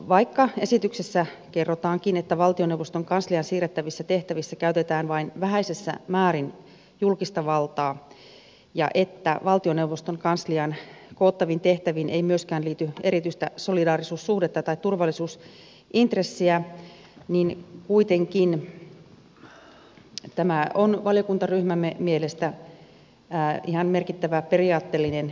vaikka esityksessä kerrotaankin että valtioneuvoston kansliaan siirrettävissä tehtävissä käytetään vain vähäisessä määrin julkista valtaa ja että valtioneuvoston kansliaan koottaviin tehtäviin ei myöskään liity erityistä solidaarisuussuhdetta tai turvallisuusintressiä niin kuitenkin tämä on valiokuntaryhmämme mielestä ihan merkittävä periaatteellinen kysymys